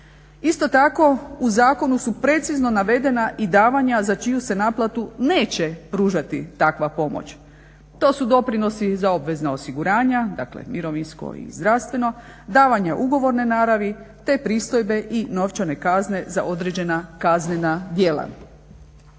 Isto tako u zakonu su precizno navedena i davanja za čiju se naplatu neće pružati takva pomoć. To su doprinosi za obvezna osiguranja, dakle mirovinsko i zdravstveno, davanja ugovorne naravi, te pristojbe i novčane kazne za određena kaznena djela.